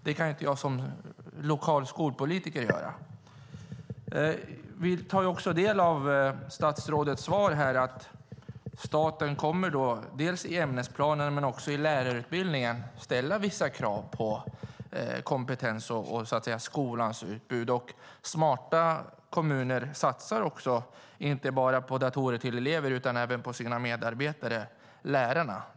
Det kan inte jag som lokal skolpolitiker göra. Vi tar också del av statsrådets svar, att staten kommer, dels i ämnesplanen, dels också i lärarutbildningen, att ställa vissa krav på kompetens och så att säga skolans utbud. Smarta kommuner satsar inte bara på datorer till elever utan även på sina medarbetare, lärarna.